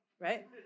right